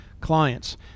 clients